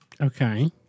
okay